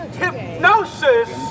hypnosis